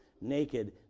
naked